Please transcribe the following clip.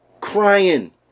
crying